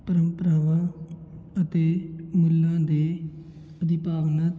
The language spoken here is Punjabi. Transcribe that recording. ਪ੍ਰੰਪਰਾਵਾਂ ਅਤੇ ਮੁੱਲਾਂ ਦੇ ਦੀ ਭਾਵਨਾ